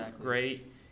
great